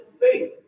faith